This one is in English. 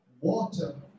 water